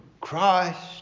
Christ